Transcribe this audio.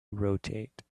rotate